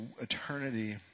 eternity